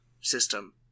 system